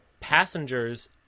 Passengers